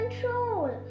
control